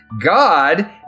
God